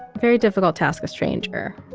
very difficult to ask a stranger